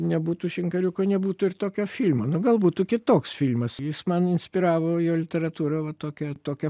nebūtų šinkariuko nebūtų ir tokio filmo nu gal būtų kitoks filmas jis man inspiravo jo literatūra va tokią tokią